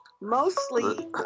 Mostly